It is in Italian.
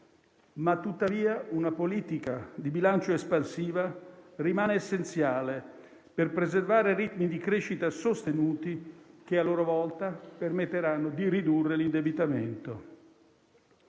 Tuttavia, una politica di bilancio espansiva rimane essenziale per preservare ritmi di crescita sostenuti che, a loro volta, permetteranno di ridurre l'indebitamento.